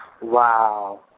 Wow